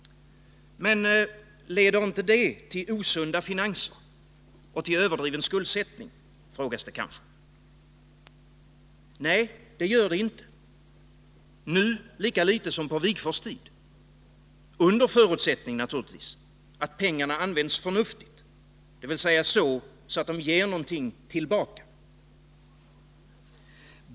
Men leder inte det till osunda finanser och till överdriven skuldsättning? frågas det kanske. Nej, det gör det inte, nu lika litet som på Ernst Wigforss tid, förutsatt naturligtvis att pengarna används förnuftigt, dvs. så att de ger någonting tillbaka.